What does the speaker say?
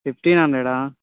fifteen హండ్రెడా